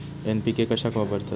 NPK कशाक वापरतत?